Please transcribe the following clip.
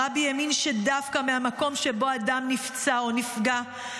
הרבי האמין שדווקא מהמקום שבו אדם נפצע או נפגע,